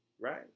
Right